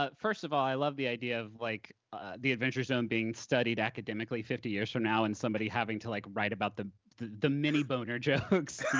ah first of all, i love the idea of like the adventure zone being studied academically fifty years from now, and somebody having to like write about the the mini-boner jokes